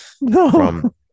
No